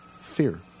fear